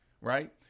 right